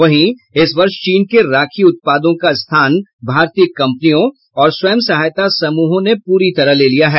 वहीं इस वर्ष चीन के राखी उत्पादों का स्थान भारतीय कंपनियों और स्व सहायता समूहों ने पूरी तरह ले लिया है